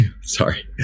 Sorry